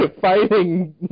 Fighting